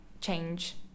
change